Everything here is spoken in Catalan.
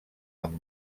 amb